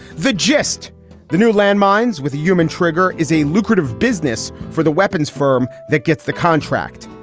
the gist the new land mines with a human trigger is a lucrative business for the weapons firm that gets the contract.